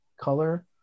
color